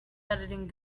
editing